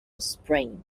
spring